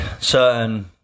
certain